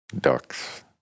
Ducks